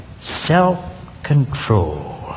self-control